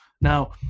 Now